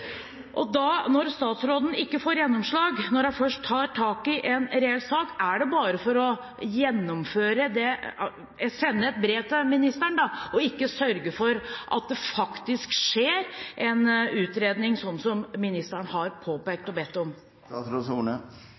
Når statsråden ikke får gjennomslag når hun først tar tak i en reell sak, er det da bare for å sende et brev til ministeren, og ikke sørge for at det faktisk skjer en utredning, sånn som ministeren har påpekt og bedt om? Jeg har som statsråd